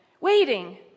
waiting